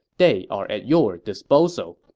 they are at your disposal.